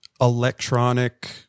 electronic